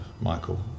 Michael